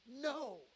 no